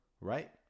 right